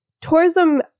tourism